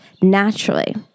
naturally